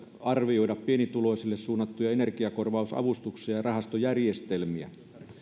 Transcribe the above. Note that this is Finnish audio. arvioida pienituloisille suunnattuja energiakorvausavustuksia ja rahastojärjestelmiä